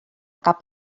cap